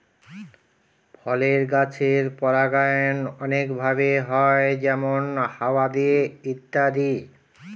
ফলের গাছের পরাগায়ন অনেক ভাবে হয় যেমন হাওয়া দিয়ে ইত্যাদি